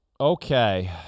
Okay